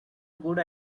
good